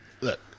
look